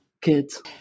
kids